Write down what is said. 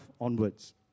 onwards